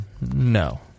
No